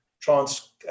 trans